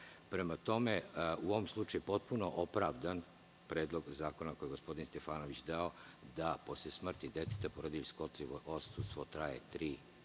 tome, u ovom slučaju je potpuno opravdan Predlog zakona koji je gospodin Stefanović dao, da posle smrti deteta porodiljsko odsustvo traje tri